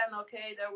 okay